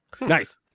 Nice